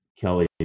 kelly